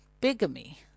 bigamy